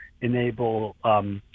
enable –